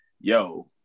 yo